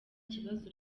kibazo